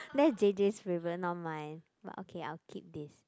that's j_j's favourite not mine but okay I will keep this